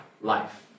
life